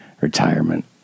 retirement